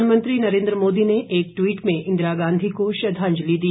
प्रधानमंत्री नरेंद्र मोदी ने एक ट्वीट में इंदिरा गांधी को श्रद्धांजलि दी